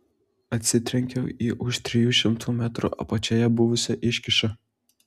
atsitrenkiau į už trijų šimtų metrų apačioje buvusią iškyšą